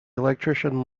electrician